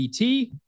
ET